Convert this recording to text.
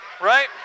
Right